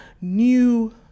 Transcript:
new